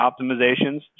optimizations